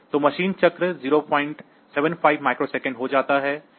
तो machine cycle 075 microsecond हो जाता है